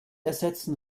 ersetzen